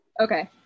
Okay